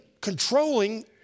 controlling